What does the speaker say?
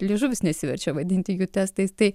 liežuvis nesiverčia vadinti jų testais tai